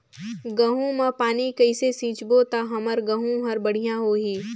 गहूं म पानी कइसे सिंचबो ता हमर गहूं हर बढ़िया होही?